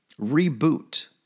reboot